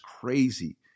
crazy